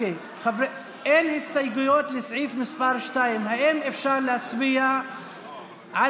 ואין הסתייגויות לסעיף 2. האם אפשר להצביע על